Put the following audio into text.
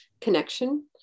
connection